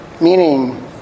meaning